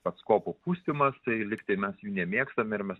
pats kopų pustymas tai lygtai mes jų nemėgstam ir mes